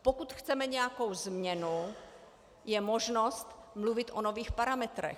Pokud chceme nějakou změnu, je možnost mluvit o nových parametrech.